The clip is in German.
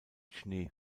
schnee